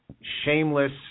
shameless